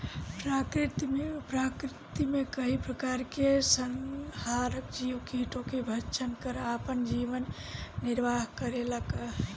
प्रकृति मे कई प्रकार के संहारक जीव कीटो के भक्षन कर आपन जीवन निरवाह करेला का?